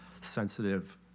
sensitive